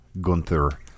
Gunther